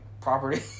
property